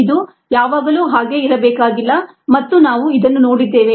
ಇದು ಯಾವಾಗಲೂ ಹಾಗೆ ಇರಬೇಕಾಗಿಲ್ಲ ಮತ್ತು ನಾವು ಇದನ್ನು ನೋಡಿದ್ದೇವೆ